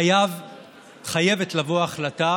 חייבת לבוא החלטה